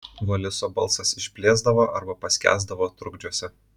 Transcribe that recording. voliso balsas išblėsdavo arba paskęsdavo trukdžiuose